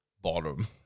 bottom